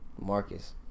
Marcus